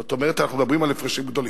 זאת אומרת אנחנו מדברים על הפרשים גדולים.